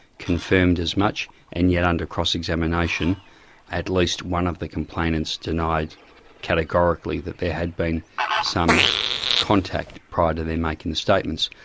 confirmed as much, and yet under cross-examination at least one of the complainants denied categorically that there had been some contact prior to them making the statements.